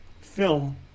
film